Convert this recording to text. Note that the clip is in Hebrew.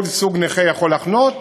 כל סוג נכה יכול לחנות?